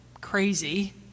crazy